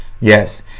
Yes